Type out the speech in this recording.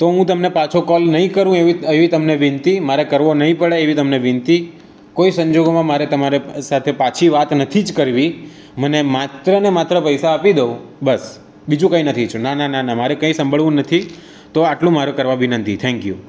તો હું તમને પાછો કોલ નહીં કરું એવી એવી તમને વિનંતી મારે કરવો નહીં પડે એવી તમને વિનંતી કોઈ સંજોગોમાં મારે તમારા સાથે પાછી વાત નથી જ કરવી મને માત્રને માત્ર પૈસા આપી દો બસ બીજું કંઈ નથી ઈચ્છુ ના ના ના ના મારે કંઈ સાંભળવું નથી તો આટલું મારું કરવા વિનંતી થેન્ક યુ